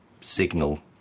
signal